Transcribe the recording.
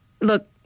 look